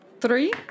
Three